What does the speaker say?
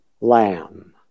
Lamb